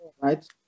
right